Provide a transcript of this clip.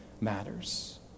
matters